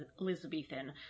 Elizabethan